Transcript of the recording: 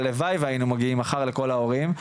הלוואי והיינו מגיעים מחר לכל ההורים,